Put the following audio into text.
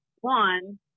One